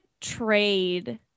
trade